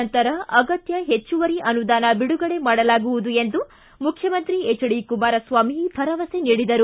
ನಂತರ ಅಗತ್ಯ ಹೆಚ್ಚುವರಿ ಅನುದಾನ ಬಿಡುಗಡೆ ಮಾಡಲಾಗುವುದು ಎಂದು ಭರವಸೆ ನೀಡಿದರು